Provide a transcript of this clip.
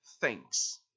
thanks